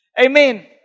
Amen